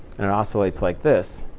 and it oscillates like this.